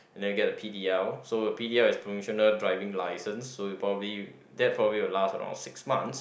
and then you get the P_d_L so a P_d_L is provisional driving licence so you probably that probably will last around six months